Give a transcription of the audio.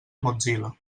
mozilla